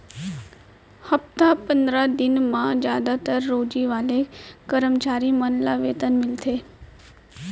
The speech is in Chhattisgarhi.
हप्ता पंदरा दिन म जादातर रोजी वाले करम चारी मन ल वेतन मिलथे